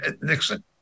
Nixon